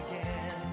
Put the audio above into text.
again